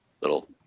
little